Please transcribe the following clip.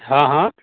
हाँ हाँ